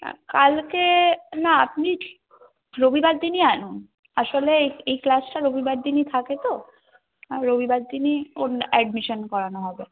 কালকে না আপনি রবিবার দিনই আসুন আসলে এই এই ক্লাসটা রবিবার দিনই থাকে তো আর রবিবার দিনই ওর অ্যাডমিশন করানো হবে